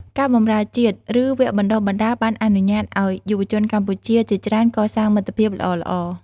ការបម្រើជាតិ ឬវគ្គបណ្តុះបណ្ដាលបានអនុញ្ញាតិឱ្យយុវជនកម្ពុជាជាច្រើនកសាងមិត្តភាពល្អៗ។